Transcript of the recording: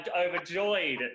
overjoyed